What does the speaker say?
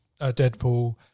Deadpool